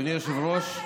אדוני היושב-ראש,